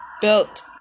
built